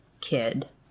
kid